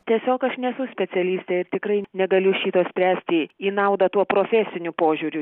tiesiog aš nesu specialistė ir tikrai negaliu šito spręsti į naudą tuo profesiniu požiūriu